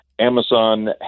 Amazon